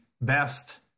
best